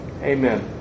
Amen